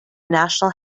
national